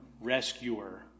rescuer